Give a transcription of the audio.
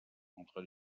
entre